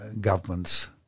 Governments